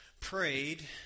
prayed